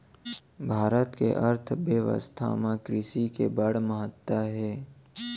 भारत के अर्थबेवस्था म कृसि के बड़ महत्ता हे